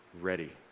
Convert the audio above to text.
ready